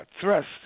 thrust